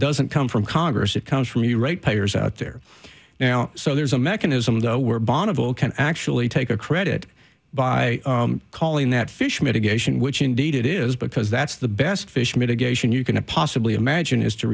doesn't come from congress it comes from the right players out there now so there's a mechanism though where bonneville can actually take a credit by calling that fish mitigation which indeed it is because that's the best fish mitigation you can apply sibley imagine is to